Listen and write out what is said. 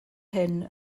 hyn